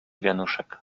wianuszek